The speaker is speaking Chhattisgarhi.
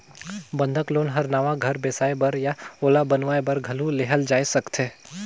बंधक लोन हर नवा घर बेसाए बर या ओला बनावाये बर घलो लेहल जाय सकथे